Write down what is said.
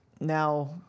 Now